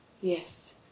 Yes